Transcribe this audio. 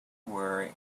were